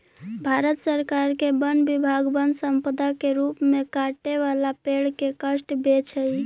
भारत सरकार के वन विभाग वन्यसम्पदा के रूप में कटे वाला पेड़ के काष्ठ बेचऽ हई